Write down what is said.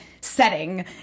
setting